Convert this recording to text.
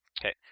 Okay